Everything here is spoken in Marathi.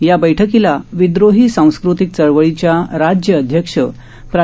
या बैठकीला विद्रोही सांस्कृतीक चळवळीच्या राज्य अध्यक्ष प्रा